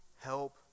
help